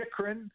chikrin